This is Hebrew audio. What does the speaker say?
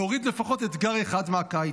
להוריד לפחות אתגר אחד מהקיץ.